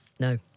No